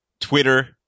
twitter